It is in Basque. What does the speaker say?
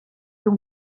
room